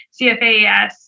CFAES